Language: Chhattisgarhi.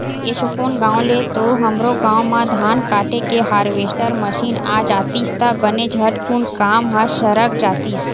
एसो कोन गाँव ले तो हमरो गाँव म धान काटे के हारवेस्टर मसीन आ जातिस त बने झटकुन काम ह सरक जातिस